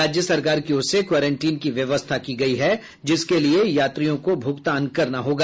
राज्य सरकार की ओर से क्वारेंटीन की व्यवस्था की गयी है जिसके लिये यात्रियों को भुगतान करना होगा